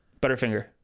Butterfinger